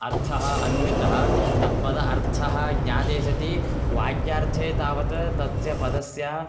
अर्थः अन्विष्टः तत्पदस्य अर्थः ज्ञाते सति वाक्यार्थे तावत् तस्य पदस्य